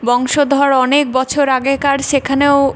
বংশধর অনেক বছর আগেকার সেখানেও